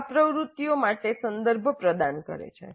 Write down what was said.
આ પ્રવૃત્તિઓ માટે સંદર્ભ પ્રદાન કરે છે